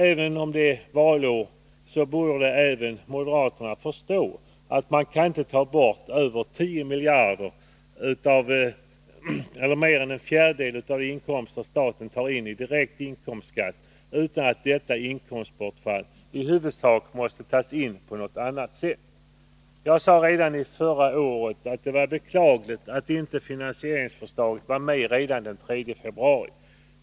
Även om det är valår borde moderaterna förstå att man inte kan ta bort över 10 miljarder — mer än en fjärdedel av de inkomster staten tar in i direkt inkomstskatt — utan att detta inkomstbortfall i huvudsak måste ersättas på något annat sätt. Jag sade redan förra året att det var beklagligt att inte finansieringsförslaget var med redan den 3 februari.